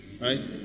right